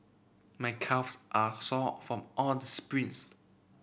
my calves are sore from all the sprints